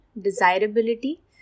desirability